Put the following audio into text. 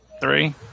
Three